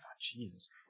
Jesus